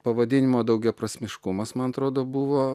pavadinimo daugiaprasmiškumas man atrodo buvo